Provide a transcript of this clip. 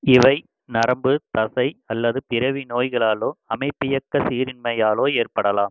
இவை நரம்பு தசை அல்லது பிறவி நோய்களாலோ அமைப்பியக்க சீரின்மையாலோ ஏற்படலாம்